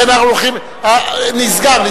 נסגר.